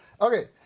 Okay